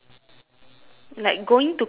like going to kick lah